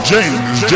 James